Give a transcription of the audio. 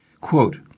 quote